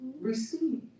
Receive